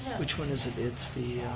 which one is it, it's the